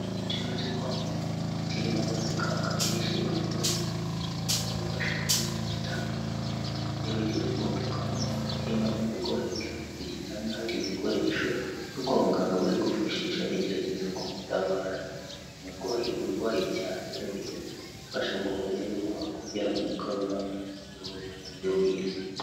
Icyumba cyo kwa muganga kirimo abaganga benshi bambaye imyenda ibafasha kwirinda ndetse batibagiwe n'ubupfukamunwa. Kirimo n'umurwayi uryamye ku gitanda hari ibikoresho byo kwa muganga bari kwifashisha bagerageza kumutabara. Umurwayi urwaye cyane bari kugerageza kumufasha ngo barebe ko bakongera kumugarura mu buzima bwe bwiza.